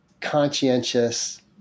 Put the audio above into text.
conscientious